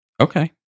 Okay